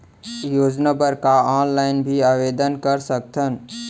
योजना बर का ऑनलाइन भी आवेदन कर सकथन?